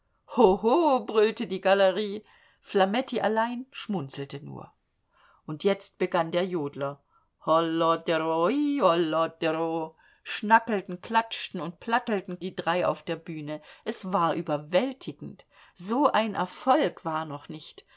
brüllte die galerie flametti allein schmunzelte nur und jetzt begann der jodler hollo dero hi hollo dero schnackelten klatschten und plattelten die drei auf der bühne es war überwältigend so ein erfolg war noch nicht